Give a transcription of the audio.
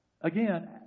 again